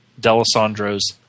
DeLisandro's